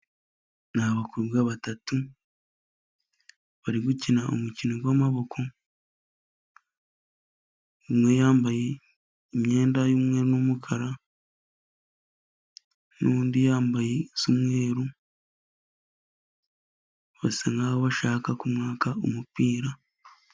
Ni abakobwa batatu bari gukina umukino w'amaboko, umwe yambaye imyenda y'umweru n'umukara, n'undi yambaye iy'umweru, basa n'aho bashaka kumwaka umupira.